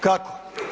Kako?